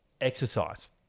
exercise